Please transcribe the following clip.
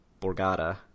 borgata